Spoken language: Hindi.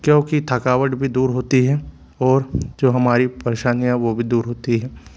क्योंकि थकावट भी दूर होती है और जो हमारी परेशानियाँ है वो भी दूर होती है